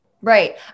Right